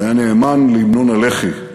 הוא היה נאמן להמנון הלח"י,